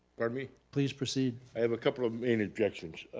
pardon me? please proceed. i have a couple of main objections.